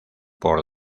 por